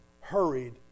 hurried